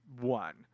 one